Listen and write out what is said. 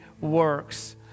works